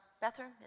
bathroom